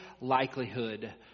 likelihood